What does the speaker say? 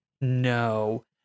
No